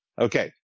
okay